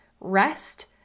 rest